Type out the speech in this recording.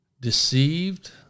deceived